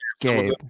Gabe